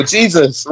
Jesus